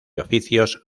oficios